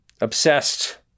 obsessed